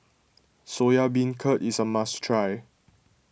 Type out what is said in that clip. Soya Beancurd is a must try